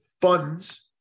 funds